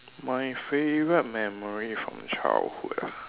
my favorite memory from childhood ah